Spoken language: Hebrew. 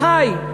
אחי,